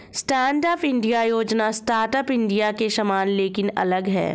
stand up India योजना startup India के समान लेकिन अलग है